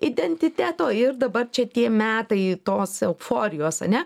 identiteto ir dabar čia tie metai tos eupforijos ane